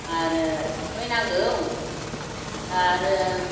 आरो थुखैनांगौ दा आरो